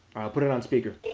i'll put it on speaker.